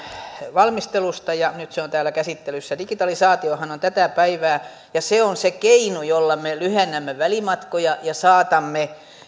valmistelusta ja nyt se on täällä käsittelyssä digitalisaatiohan on tätä päivää ja se on se keino jolla me lyhennämme välimatkoja ja saatamme